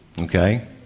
Okay